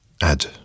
add